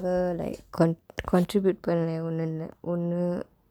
like can contribute பன்னல ஒன்ன ஒன்னு:pannala onna onnu